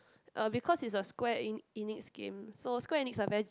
uh because is a square e~ Enix game so Square Enix are very